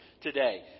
today